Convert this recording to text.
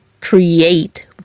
create